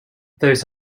those